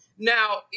now